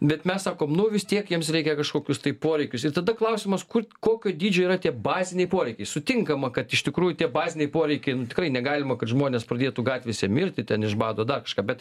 bet mes sakom nu vis tiek jiems reikia kažkokius tai poreikius ir tada klausimas kur kokio dydžio yra tie baziniai poreikiai sutinkama kad iš tikrųjų tie baziniai poreikiai tikrai negalima kad žmonės pradėtų gatvėse mirti ten iš bado dar kažką bet